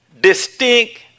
distinct